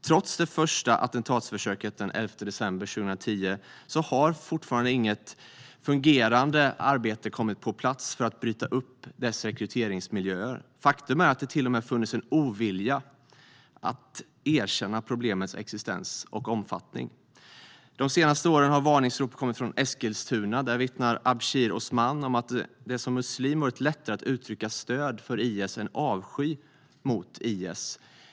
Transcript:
Trots det första attentatsförsöken den 11 december 2010 har ännu inget fungerande arbete kommit på plats för att bryta upp rekryteringsmiljöerna. Faktum är att det till och med har funnits en ovilja att erkänna problemets existens och omfattning. De senaste åren har varningsrop kommit från Eskilstuna. Där vittnar Abshir Osman om att det som muslim har varit lättare att uttrycka stöd för IS än avsky.